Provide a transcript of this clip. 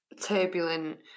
turbulent